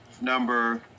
number